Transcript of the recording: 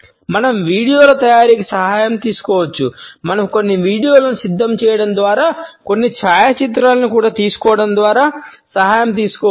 మనం వీడియోల తయారీకి సహాయం తీసుకోవచ్చు మనం కొన్ని వీడియోలను సిద్ధం చేయడం ద్వారా కొన్ని ఛాయాచిత్రాలను కూడా తీసుకోవడం ద్వారా సహాయం తీసుకోవచ్చు